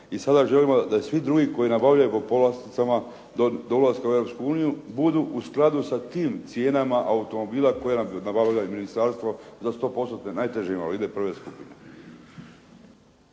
i sada želimo da svi drugi koji nabavljaju po povlasticama do ulaska u Europsku uniju budu u skladu sa tim cijenama automobila koje je nabavilo ministarstvo za stopostotne najteže invalide prve skupine.